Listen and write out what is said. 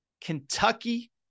Kentucky